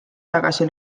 tagasi